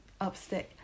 upstick